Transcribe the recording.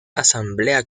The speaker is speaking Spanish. asamblea